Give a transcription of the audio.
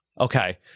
Okay